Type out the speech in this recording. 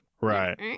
right